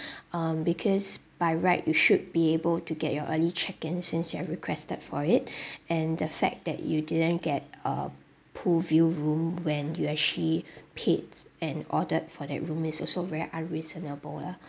um because by right you should be able to get your early check in since you have requested for it and the fact that you didn't get a pool view room when you actually paid and ordered for that room is also very unreasonable lah